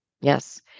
yes